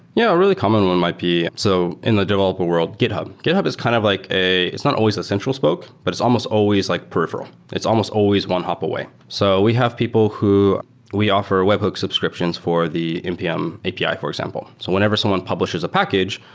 yeah a really common one might be, so in the developer world, github. github is kind of like a it's not always the central spoke, but it's almost always like peripheral. it's almost always one hop away. so we have people who we offer web hook subscriptions for the npm api, for example. whenever someone publishes a package,